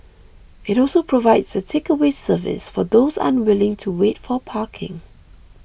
it also provides a takeaway service for those unwilling to wait for parking